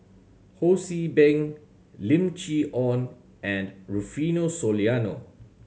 Ho See Beng Lim Chee Onn and Rufino Soliano